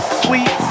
sweet